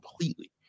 completely